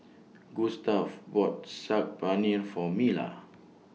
Gustave bought Saag Paneer For Mila